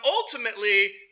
ultimately